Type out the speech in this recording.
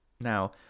Now